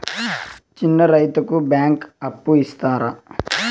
చిన్న రైతుకు బ్యాంకు అప్పు ఇస్తారా?